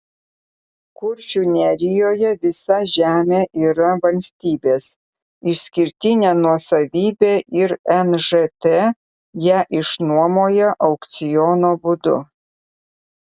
kuršių nerijoje visa žemė yra valstybės išskirtinė nuosavybė ir nžt ją išnuomoja aukciono būdu